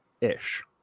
ish